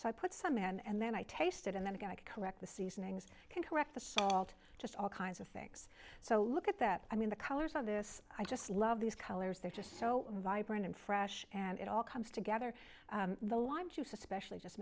so i put some in and then i taste it and then again i correct the seasonings can correct the salt just all kinds of things so look at that i mean the colors of this i just love these colors they're just so vibrant and fresh and it all comes together the lime juice especially just